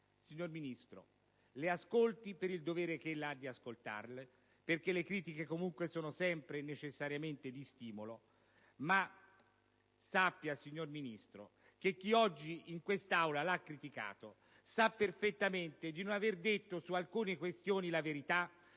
signor Ministro, le ascolti per il dovere che ella ha di ascoltarle, perché le critiche comunque sono sempre e necessariamente di stimolo, ma sappia che chi oggi in quest'Aula l'ha criticata sa perfettamente di non aver detto su alcune questioni la verità;